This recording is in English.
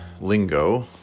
lingo